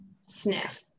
sniff